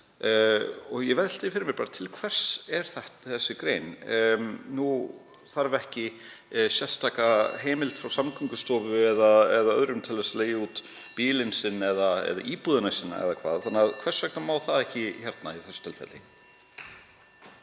Ég velti fyrir mér: Til hvers er sú grein? Nú þarf ekki sérstaka heimild frá Samgöngustofu eða öðrum til að leigja út bílinn sinn eða íbúðina sína, eða hvað? Hvers vegna má það ekki í þessu tilfelli?